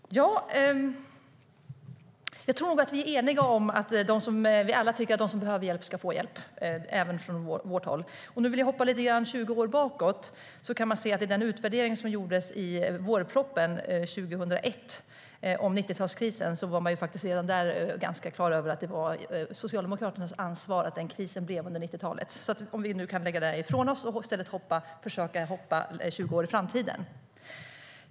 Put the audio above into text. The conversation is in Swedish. Fru talman! Jag tror nog att vi alla är eniga om och tycker att de som behöver hjälp ska få hjälp. Det tycker vi även från vårt håll. Nu vill jag hoppa 20 år bakåt till den utvärdering av 90-talskrisen som gjordes i vårpropositionen 2001. Redan där var man ganska klar över att krisen under 90-talet var Socialdemokraternas ansvar. Nu kanske vi kan lägga det ifrån oss och i stället försöka hoppa 20 år framåt.